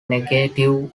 negative